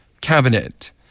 cabinet